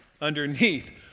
underneath